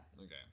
okay